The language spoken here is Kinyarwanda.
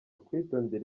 kwitondera